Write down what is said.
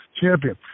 champion